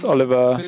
Oliver